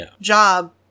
job